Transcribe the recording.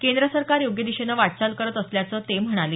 केंद्र सरकार योग्य दिशेने वाटचाल करत असल्याचं ते म्हणाले